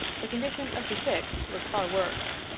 the condition of the sick was far worse.